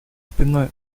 спиной